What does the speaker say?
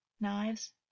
knives